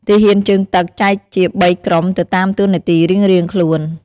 ទាហានជើងទឹក ចែកជា៣ក្រុមទៅតាមតូនាទីរៀងៗខ្លួន។